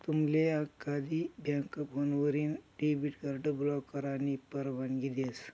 तुमले एकाधिक बँक फोनवरीन डेबिट कार्ड ब्लॉक करानी परवानगी देस